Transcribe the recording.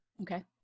Okay